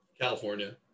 California